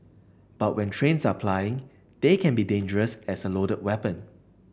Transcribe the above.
but when trains are plying they can be as dangerous as a loaded weapon